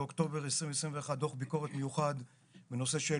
באוקטובר 2021 דו"ח ביקורת מיוחד בנושא של